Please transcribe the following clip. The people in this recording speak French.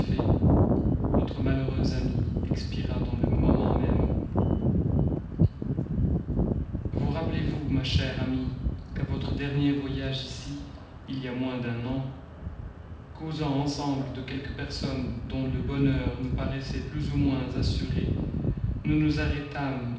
notre malheureuse amie expira dans le moment même vous rappelez-vous qu'à votre dernier voyage ici il y a moins d'un an causant ensemble de quelques personnes dont le bonheur nous paraissait plus ou moins assuré nous nous arrêtâmes